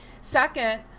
Second